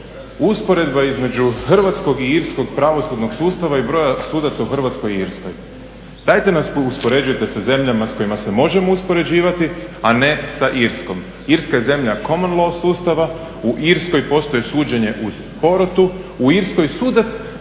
usporedba između hrvatskog i irskog pravosudnog sustava i broja sudaca u Hrvatskoj i Irskoj. Dajte nas uspoređujte sa zemljama s kojima se možemo uspoređivati, a ne sa Irskom. Irska je zemlja common law sustava u Irskoj postoji suđenje uz porotu, u Irskoj sudac